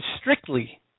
strictly